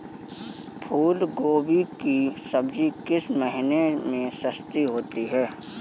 फूल गोभी की सब्जी किस महीने में सस्ती होती है?